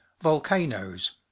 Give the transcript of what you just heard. Volcanoes